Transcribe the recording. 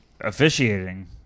Officiating